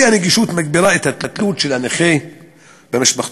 האי-נגישות מגבירה את התלות של הנכה במשפחתו